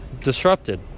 disrupted